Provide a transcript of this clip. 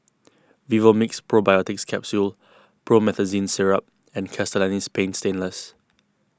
Vivomixx Probiotics Capsule Promethazine Syrup and Castellani's Paint Stainless